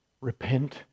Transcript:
repent